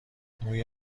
موی